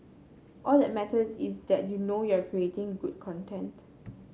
all that matters is that you know you're creating good content